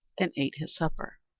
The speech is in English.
and ate his supper.